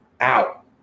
out